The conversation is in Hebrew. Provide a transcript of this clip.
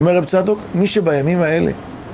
אומר רב צדוק, מי שבימים האלה...